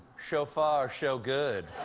shofar, sho, good.